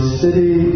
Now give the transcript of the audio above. city